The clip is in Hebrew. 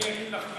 אני אגיד לך,